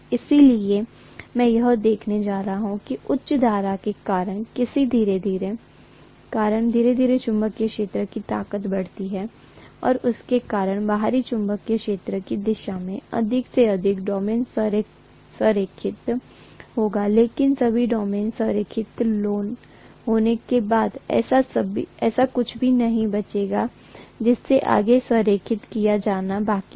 इसलिए मैं यह देखने जा रहा हूं कि उच्च धारा के कारण धीरे धीरे चुम्बकीय क्षेत्र की ताकत बढ़ती है और उसके कारण बाहरी चुंबकीय क्षेत्र की दिशा में अधिक से अधिक डोमेन संरेखित होगा लेकिन सभी डोमेन संरेखित होने के बाद ऐसा कुछ भी नहीं बचेगा जिसे आगे संरेखित किया जाना बाकी है